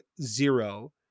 zero